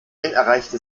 erreichte